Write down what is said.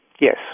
yes